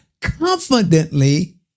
confidently